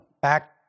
back